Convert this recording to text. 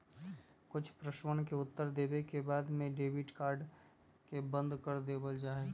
कुछ प्रश्नवन के उत्तर देवे के बाद में डेबिट कार्ड के बंद कर देवल जाहई